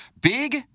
Big